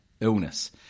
illness